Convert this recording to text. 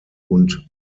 und